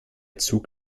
zug